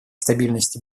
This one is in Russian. стабильности